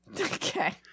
Okay